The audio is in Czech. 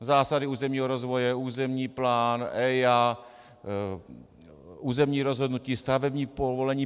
Zásady územního rozvoje, územní plán, EIA, územní rozhodnutí, stavební povolení.